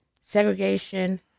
segregation